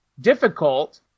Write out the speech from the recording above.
difficult